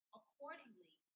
accordingly